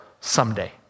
someday